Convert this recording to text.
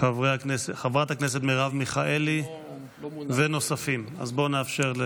חברת הכנסת מרב מיכאלי ונוספים, אז בואו נאפשר.